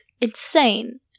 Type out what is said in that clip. insane